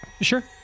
Sure